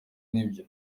nibyo